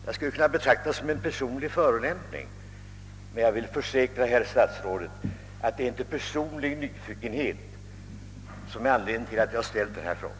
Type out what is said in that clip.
Jag skulle kunna betrakta det som en personlig förolämpning, men jag vill försäkra herr statsrådet att det inte är personlig nyfikenhet som är anledningen till att jag ställt denna fråga.